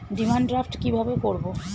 Demand draft কীভাবে করব?